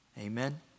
Amen